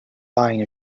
buying